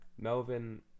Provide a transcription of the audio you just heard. Melvin